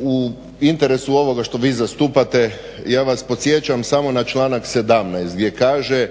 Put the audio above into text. u interesu ovoga što vi zastupati, ja vas podsjećam samo na članak 17. gdje kaže: